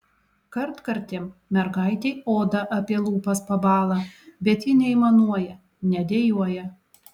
kartkartėm mergaitei oda apie lūpas pabąla bet ji neaimanuoja nedejuoja